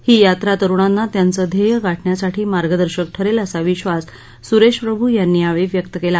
ही यात्रा तरुणांना त्यांच ध्येय गाठण्यासाठी मार्गदर्शक ठरेल असा विश्वास सुरेश प्रभू यांनी यावेळी व्यक्त केला